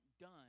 done